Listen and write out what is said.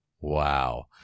Wow